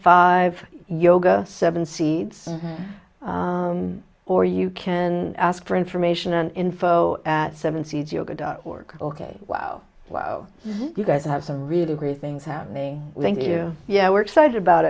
five yoga seven seeds or you can ask for information and info at seven seeds yoga dot org ok well oh you guys have some really great things happening thank you yeah we're excited about